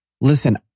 listen